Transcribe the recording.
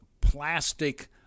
plastic